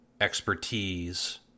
expertise